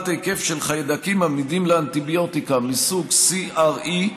היקף של חיידקים עמידים לאנטיביוטיקה מסוג CRE,